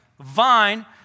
vine